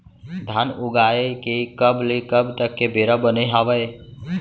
धान उगाए के कब ले कब तक के बेरा बने हावय?